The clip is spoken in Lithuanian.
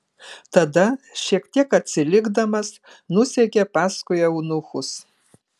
tada šiek tiek atsilikdamas nusekė paskui eunuchus